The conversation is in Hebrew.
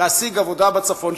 להשיג עבודה בצפון.